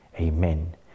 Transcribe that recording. Amen